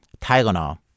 Tylenol